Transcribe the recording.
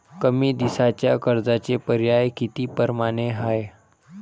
कमी दिसाच्या कर्जाचे पर्याय किती परमाने हाय?